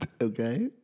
Okay